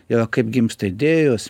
yra kaip gimsta idėjos